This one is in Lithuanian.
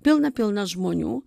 piln pilna žmonių